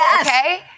Okay